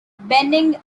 bending